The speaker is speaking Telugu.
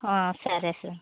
ఆ సరే సార్